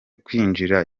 kwinjira